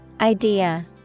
Idea